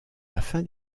afin